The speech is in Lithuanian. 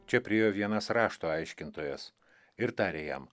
čia priėjo vienas rašto aiškintojas ir tarė jam